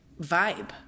vibe